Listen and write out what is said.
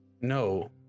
No